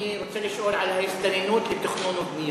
אני רוצה לשאול על ההסתננות לתכנון ובנייה.